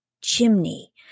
chimney